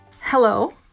Hello